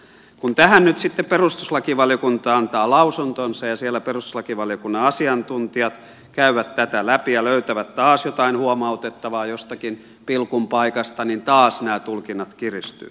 kun tähän nyt sitten perustuslakivaliokunta antaa lausuntonsa ja siellä perustuslakivaliokunnan asiantuntijat käyvät tätä läpi ja löytävät taas jotain huomautettavaa jostakin pilkun paikasta niin taas nämä tulkinnat kiristyvät